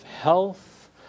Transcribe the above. health